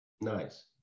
Nice